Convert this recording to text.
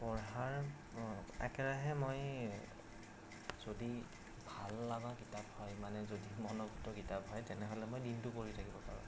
পঢ়াৰ একেৰাহে মই যদি ভাল লগা কিতাপ হয় মানে যদি মনঃপূত কিতাপ হয় তেনেহ'লে মই দিনটো পঢ়ি থাকিব পাৰোঁ